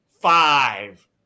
five